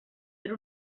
per